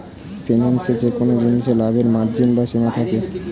ফিন্যান্সে যেকোন জিনিসে লাভের মার্জিন বা সীমা থাকে